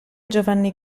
giovanni